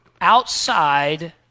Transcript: outside